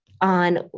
on